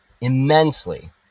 immensely